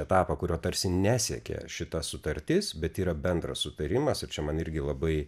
etapą kurio tarsi nesiekia šita sutartis bet yra bendras sutarimas ir čia man irgi labai